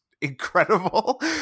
incredible